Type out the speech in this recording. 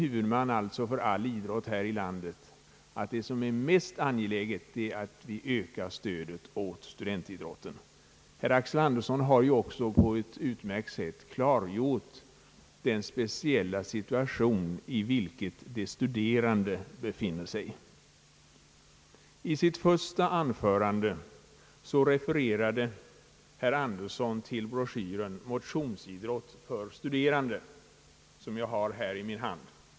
Huvudmannen för all idrott här i landet anser alltså att det mest angelägna är att vi ökar stödet åt studentidrotten. Herr Axel Andersson har ju också på ett utmärkt sätt klargjort den speciella situation i vilken de studerande befinner sig. I sitt första anförande refererade herr Axel Andersson till broschyren »Motionsidrott för studerande», som jag har här i min hand.